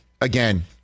again